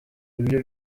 ibyo